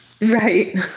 Right